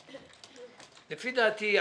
לפי דעתי,